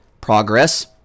Progress